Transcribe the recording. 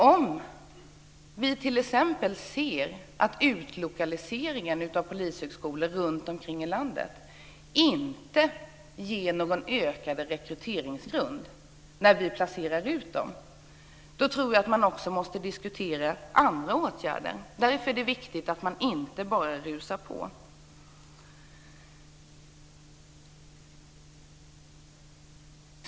Om vi ser att utlokaliseringen av polishögskolor inte ger någon ökad rekryteringsgrund måste man också diskutera andra åtgärder. Man kan inte bara rusa på.